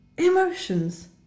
Emotions